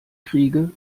kriege